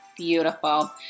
Beautiful